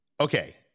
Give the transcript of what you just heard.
Okay